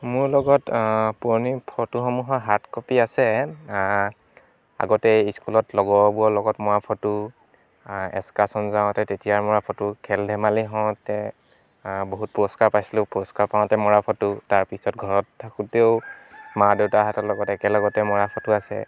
মোৰ লগত পুৰণি ফটোসমূহৰ হাৰ্ড কপি আছে আগতে ইস্কুলত লগৰবোৰৰ লগত মৰা ফটো এছকাচন যাওঁতে তেতিয়া মৰা ফটো খেল ধেমালি হওঁতে বহুত পুৰস্কাৰ পাইছিলোঁ পুৰস্কাৰ পাওঁতে মৰা ফটো তাৰপিছত ঘৰত থাকোতেও মা দেউতাহঁতৰ লগত একে লগতে মৰা ফটো আছে